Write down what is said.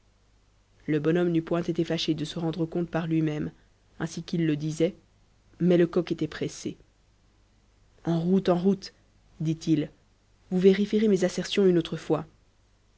le bonhomme n'eût point été fâché de se rendre compte par lui-même ainsi qu'il le disait mais lecoq était pressé en route en route dit-il vous vérifierez mes assertions une autre fois